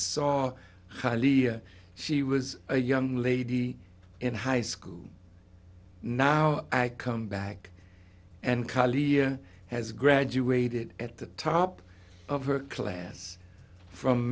saw her leave she was a young lady in high school now i come back and colleague here has graduated at the top of her class from